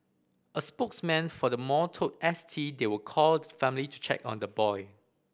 a spokesman for the mall told S T they will call the family to check on the boy